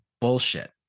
bullshit